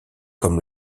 comme